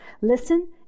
Listen